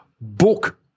book